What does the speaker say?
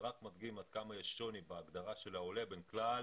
זה רק מדגים עד כמה יש שוני בהגדרה של העולה בין כלל